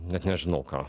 net nežinau ką